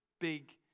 big